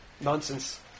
nonsense